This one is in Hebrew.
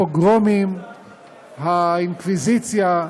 הפוגרומים, האינקוויזיציה,